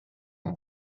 yng